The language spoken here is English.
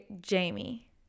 Jamie